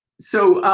so